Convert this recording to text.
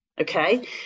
okay